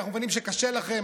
כי אנחנו מבינים שקשה לכם,